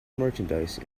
merchandise